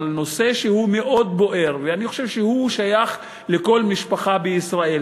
נושא שהוא מאוד בוער ואני חושב שהוא שייך לכל משפחה בישראל,